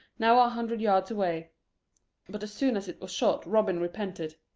now a hundred yards away but as soon as it was shot robin repented.